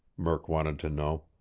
murk wanted to know.